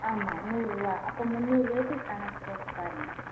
ஆமாம் நூறுபா அப்போ முந்நூறு பேர்த்துக்கு கணக்கு போட்டு பாருங்கள்